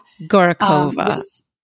Gorakova